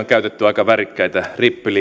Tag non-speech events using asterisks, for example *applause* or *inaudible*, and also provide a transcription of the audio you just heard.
*unintelligible* käytetty aika värikkäitä